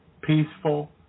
Peaceful